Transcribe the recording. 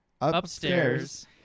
upstairs